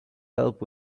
help